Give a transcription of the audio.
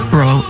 Bro